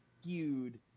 skewed